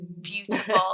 beautiful